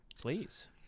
please